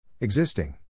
Existing